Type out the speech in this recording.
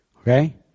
Okay